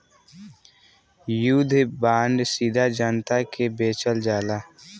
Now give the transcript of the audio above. युद्ध बांड सीधा जनता के बेचल जाला